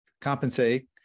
compensate